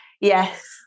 yes